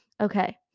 Okay